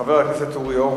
חבר הכנסת גנאים,